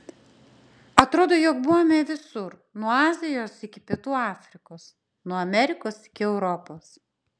atrodo jog buvome visur nuo azijos iki pietų afrikos nuo amerikos iki europos